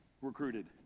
recruited